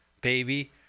baby